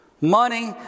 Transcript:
money